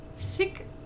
Thick